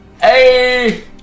Hey